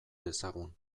dezagun